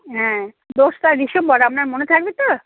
হ্যাঁ দোসরা ডিসেম্বর আপনার মনে থাকবে তো